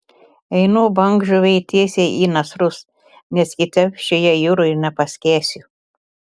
einu bangžuvei tiesiai į nasrus nes kitaip šioje jūroje paskęsiu